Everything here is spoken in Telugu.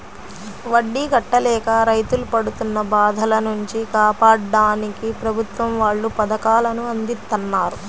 వడ్డీ కట్టలేక రైతులు పడుతున్న బాధల నుంచి కాపాడ్డానికి ప్రభుత్వం వాళ్ళు పథకాలను అందిత్తన్నారు